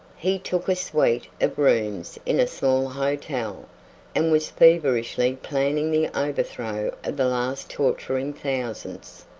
he took a suite of rooms in a small hotel and was feverishly planning the overthrow of the last torturing thousands.